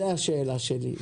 זו השאלה שלי.